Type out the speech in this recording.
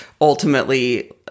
ultimately